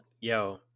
yo